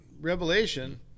Revelation